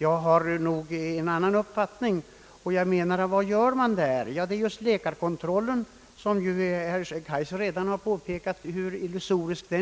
Jag har nog en annan ppfatr ning. Vad gör man? Såsom herf/ Kurser redan har påpekat är läkarkotitröllefi illusorisk —